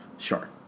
Sure